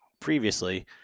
previously